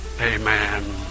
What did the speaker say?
amen